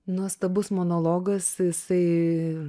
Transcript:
nuostabus monologas jisai